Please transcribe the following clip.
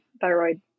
thyroid